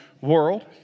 world